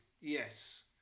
yes